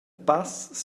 pass